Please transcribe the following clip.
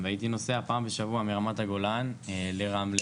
והייתי נוסע פעם בשבוע מרמת הגולן לרמלה,